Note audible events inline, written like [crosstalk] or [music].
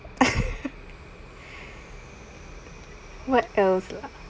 [laughs] what else